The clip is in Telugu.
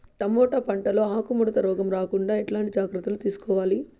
టమోటా పంట లో ఆకు ముడత రోగం రాకుండా ఎట్లాంటి జాగ్రత్తలు తీసుకోవాలి?